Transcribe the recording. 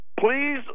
please